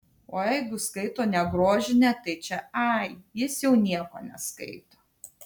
o jeigu skaito ne grožinę tai čia ai jis jau nieko neskaito